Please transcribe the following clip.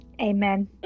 Amen